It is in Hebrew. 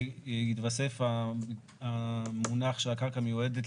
שיתווסף המונח שרק קרקע מיועדת